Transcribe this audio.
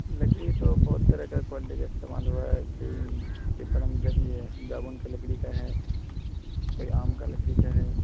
لکڑی تو بہت طرح کا کوائلٹی کا استعمال ہوا ہے کوئی پلنگ یہ جامن کا لکڑی کا ہے کوئی آم کا لکڑی کا ہے